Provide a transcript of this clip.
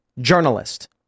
journalist